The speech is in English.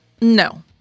No